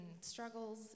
struggles